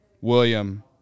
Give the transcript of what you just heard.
william